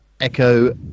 Echo